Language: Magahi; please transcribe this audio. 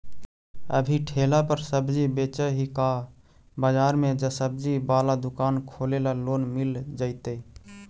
अभी ठेला पर सब्जी बेच ही का बाजार में ज्सबजी बाला दुकान खोले ल लोन मिल जईतै?